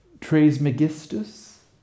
Trismegistus